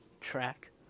track